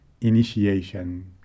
initiation